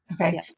Okay